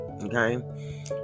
Okay